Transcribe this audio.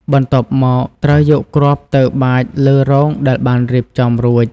បន្ទាប់មក ត្រូវយកគ្រាប់ទៅបាចលើរងដែលបានរៀបចំរួច។